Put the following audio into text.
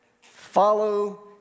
Follow